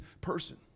person